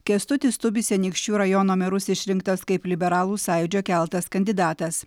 kęstutis tubis anykščių rajono merus išrinktas kaip liberalų sąjūdžio keltas kandidatas